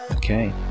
Okay